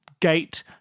gate